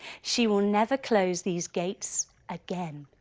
she will never close these gates again.